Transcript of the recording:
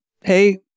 hey